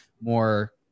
more